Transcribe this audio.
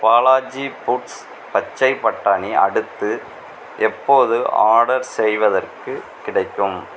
Balaji foods பச்சைப் பட்டாணி அடுத்து எப்போது ஆர்டர் செய்வதற்குக் கிடைக்கும்